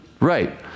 Right